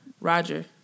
Roger